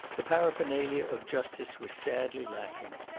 the paraphernalia of justice were sadly lacking.